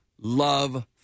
love